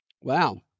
Wow